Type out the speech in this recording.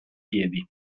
piedi